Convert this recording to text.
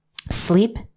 sleep